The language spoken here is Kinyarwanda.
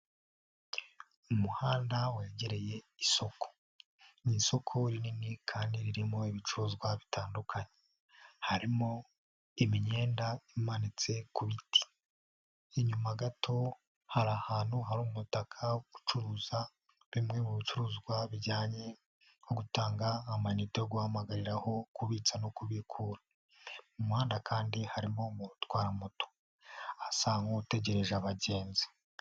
Umuhanda wegereye i isoku. Ni isoko rinini kandi ririmo ibicuruzwa bitandukanye, harimo imyenda imanitse ku biti, inyuma gato hari umutaka ucuruza bimwe mu bicuruzwa bijyanye no gutanga amainite, guhamagarira, aho kubitsa no kubikura. Umuhanda kandi harimo umuntu utwara moto asa nk'utegereje abagenzi.